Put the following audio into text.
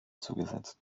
zugesetzt